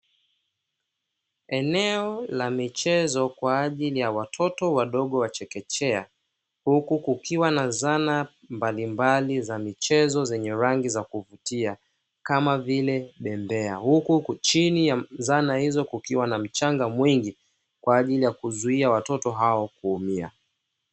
Eneo la michezo kwa ajili ya watoto wadogo wa chechechea, huku kukiwa na zana mbalimbali za michezo zenye rangi za kuvutia, kama vile bembea, huku chini ya zana hizo kukiwa na mchanga mwingi kwa ajili ya kuzuia watoto hao kuumia.